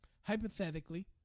Hypothetically